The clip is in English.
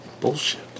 Bullshit